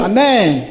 Amen